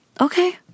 okay